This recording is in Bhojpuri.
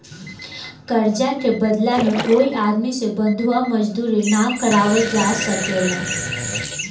कर्जा के बदला में कोई आदमी से बंधुआ मजदूरी ना करावल जा सकेला